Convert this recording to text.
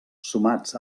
sumats